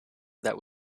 that